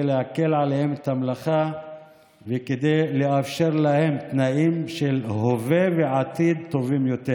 להקל עליהם את המלאכה וכדי לאפשר להם תנאים של הווה ועתיד טובים יותר.